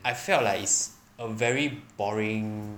I felt like it's a very boring